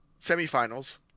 semifinals